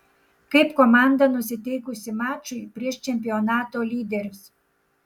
kaip komanda nusiteikusi mačui prieš čempionato lyderius